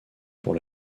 pour